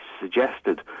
suggested